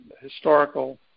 historical